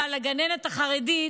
אבל לגננת החרדית